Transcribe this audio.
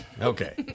okay